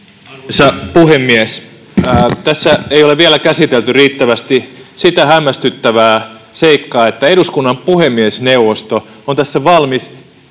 Arvoisa puhemies! Tässä ei ole vielä käsitelty riittävästi sitä hämmästyttävää seikkaa, että eduskunnan puhemiesneuvosto on tässä valmis